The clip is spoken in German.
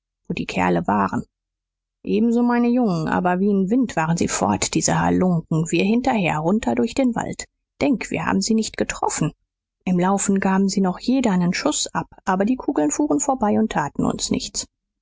wo die kerle waren ebenso meine jungen aber wie n wind waren sie fort diese halunken wir hinterher runter durch den wald denk wir haben sie nicht getroffen im laufen gaben sie noch jeder nen schuß ab aber die kugeln fuhren vorbei und taten uns nichts